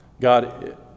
God